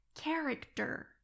character